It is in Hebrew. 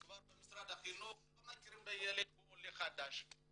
במשרד החינוך לא מכירים בילד כעולה חדש.